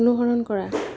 অনুসৰণ কৰা